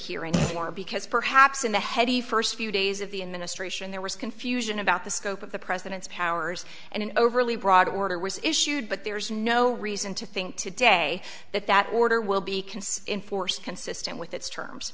here any more because perhaps in the heady first few days of the administration there was confusion about the scope of the president's powers and an overly broad order was issued but there's no reason to think today that that order will be can see in force consistent with its terms